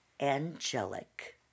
Angelic